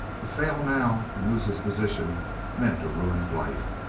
to fail now and lose his position meant a ruined life.